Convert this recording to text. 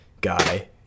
guy